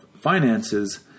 finances